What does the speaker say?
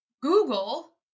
Google